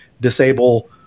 disable